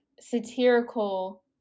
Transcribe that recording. satirical